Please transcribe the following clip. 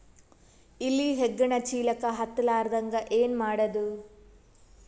ಇಲಿ ಹೆಗ್ಗಣ ಚೀಲಕ್ಕ ಹತ್ತ ಲಾರದಂಗ ಏನ ಮಾಡದ?